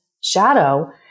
shadow